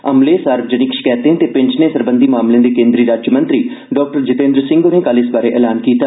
अमले सार्वजनिक शकैते ते पैंशने सरबंधी मामले दे केन्द्री राज्यमंत्री डाक्टर जीतेन्द्र सिंह होरें कल इस बारै ऐलान कीता